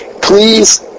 Please